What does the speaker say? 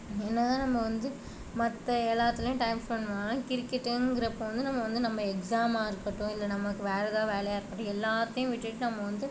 என்னதான் நம்ம வந்து மற்ற எல்லாத்துலேயும் டைம் ஸ்பெண்ட் பண்ணலாம் கிரிக்கெட்டுங்கிறப்போ வந்து நம்ம வந்து நம்ம எக்ஸாமாக இருக்கட்டும் இல்லை நமக்கு வேறு எதாவது வேலையாக இருக்கட்டும் எல்லாத்தையும் விட்டுவிட்டு நம்ம வந்து